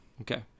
Okay